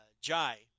Jai